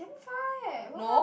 far eh !walao!